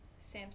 Samsung